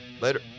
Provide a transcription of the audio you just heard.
later